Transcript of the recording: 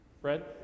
Fred